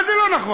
מה זה "לא נכון"?